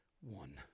one